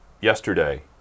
yesterday